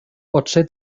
potser